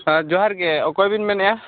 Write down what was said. ᱦᱮᱸ ᱡᱚᱦᱟᱨ ᱜᱮ ᱚᱠᱚᱭᱵᱮᱱ ᱢᱮᱱᱮᱫᱼᱟ